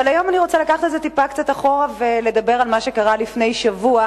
אבל היום אני רוצה לקחת את זה טיפה אחורה ולדבר על מה שקרה לפני שבוע.